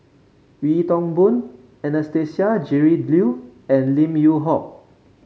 Wee Toon Boon Anastasia Tjendri Liew and Lim Yew Hock